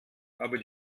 aber